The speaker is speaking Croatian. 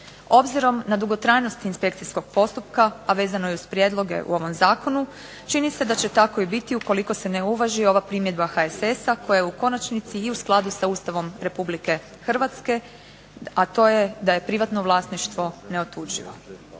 Obzirom na dugotrajnost inspekcijskog postupka a vezano i uz prijedloge u ovom zakonu čini se da će tako i biti ukoliko se ne uvaži ova primjedba HSS-a koja je u konačnici i u skladu sa Ustavom Republike Hrvatske, a to je da je privatno vlasništvo neotuđivo.